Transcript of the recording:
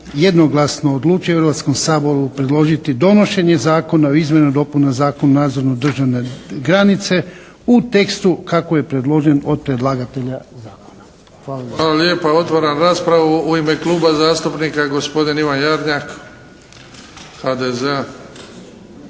jednoglasno odlučio Hrvatskom saboru predložiti donošenje Zakona o izmjenama i dopunama Zakona o nadzoru državne granice u tekstu kako je predložen od predlagatelja zakona. Hvala lijepa. **Bebić, Luka (HDZ)** Hvala lijepa. Otvaram raspravu. U ime Kluba zastupnika gospodin Ivan Jarnjak, HDZ-a.